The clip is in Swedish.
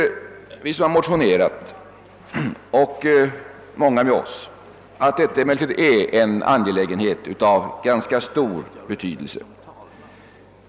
Vi motionärer och många med oss tycker att detta är en angelägenhet av ganska stor betydelse.